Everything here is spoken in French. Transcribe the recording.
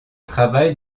travaille